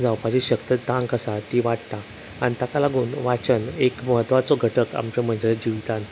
जावपाची शक्त तांक आसता ती वाडटा आनी ताका लागून वाचन एक महत्वाचो घटक आमच्या मुखार मनशाच्या जिवितान